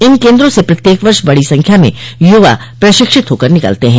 इन केन्द्रों से प्रत्येक वर्ष बड़ी संख्या में युवा प्रशिक्षित होकर निकलते हैं